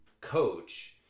coach